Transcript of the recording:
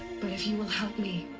but if you will help me.